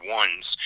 ones